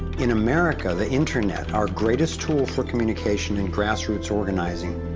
in america, the internet, our greatest tool for communication, and grassroots organizing,